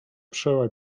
przełaj